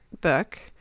book